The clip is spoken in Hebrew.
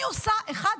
אני עושה אחת,